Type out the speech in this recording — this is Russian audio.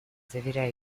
заверяю